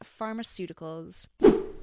pharmaceuticals